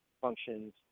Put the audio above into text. functions